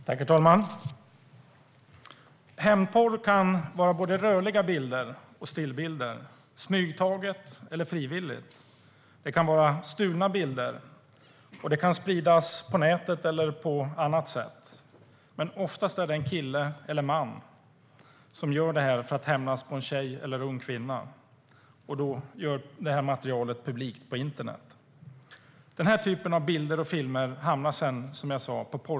Herr talman! Hämndporr kan vara både rörliga bilder och stillbilder, smygtagna eller frivilliga. Det kan vara stulna bilder, och de kan spridas på nätet eller på annat sätt. Oftast är det en kille eller man som vill hämnas på en tjej eller ung kvinna och därför gör materialet publikt på internet. Den typen av bilder och filmer hamnar sedan på porrsajter där de aldrig kan tas bort.